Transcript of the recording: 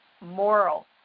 moral